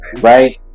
right